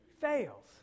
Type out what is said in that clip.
fails